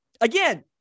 Again